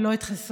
ולא את חסרונו,